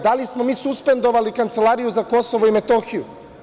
Da li smo mi suspendovali Kancelariju za Kosovo i Metohiju?